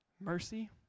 mercy